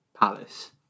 Palace